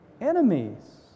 enemies